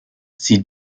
sie